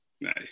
nice